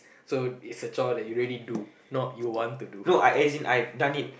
so it's the chore that you really do not you want to do